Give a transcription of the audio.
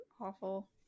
awful